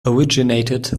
originated